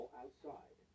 outside